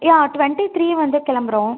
யா twenty three வந்து கிளம்புறோம்